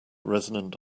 resonant